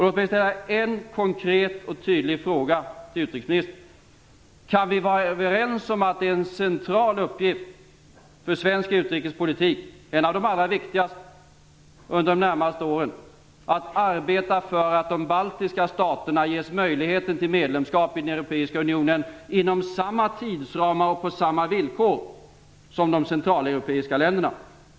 Låt mig ställa en konkret och tydlig fråga till utrikesministern: Kan vi vara överens om att det är en central uppgift för svensk utrikespolitik, en av de allra viktigaste under de närmaste åren, att arbeta för att de baltiska staterna ges möjligheter till medlemskap i den europeiska unionen inom samma tidsramar och på samma villkor som de centraleuropeiska länderna?